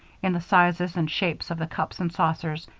in the sizes and shapes of the cups and saucers,